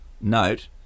note